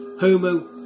Homo